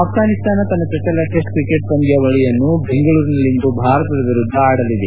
ಆಫ್ರಾನಿಸ್ತಾನ ತನ್ನ ಜೊಚ್ಚಲ test cricket ಪಂದ್ವಾವಳಿಯನ್ನು ಬೆಂಗಳೂರಿನಲ್ಲಿಂದು ಭಾರತದ ವಿರುದ್ದ ಆಡಲಿದೆ